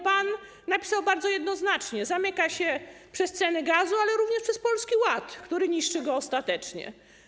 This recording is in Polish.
Pan napisał bardzo jednoznacznie, że zamyka się przez ceny gazu, ale również przez Polski Ład, który niszczy ją ostatecznie.